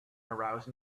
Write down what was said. arouse